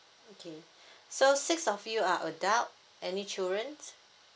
okay so six of you are adult any children